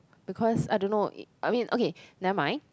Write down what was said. because I don't know I mean okay never mind